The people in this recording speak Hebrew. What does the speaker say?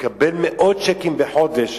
שמקבל מאות צ'קים בחודש,